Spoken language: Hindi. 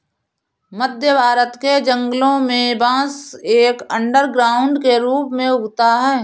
मध्य भारत के जंगलों में बांस एक अंडरग्राउंड के रूप में उगता है